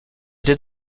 did